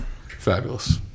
fabulous